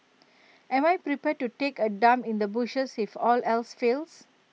am I prepared to take A dump in the bushes if all else fails